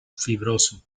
fibroso